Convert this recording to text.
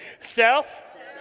Self